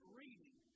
reading